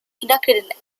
conducted